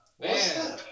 Man